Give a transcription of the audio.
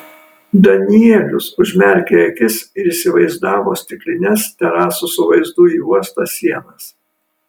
danielius užmerkė akis ir įsivaizdavo stiklines terasų su vaizdu į uostą sienas